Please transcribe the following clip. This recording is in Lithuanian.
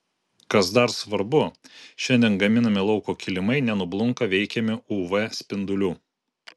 kas dar svarbu šiandien gaminami lauko kilimai nenublunka veikiami uv spindulių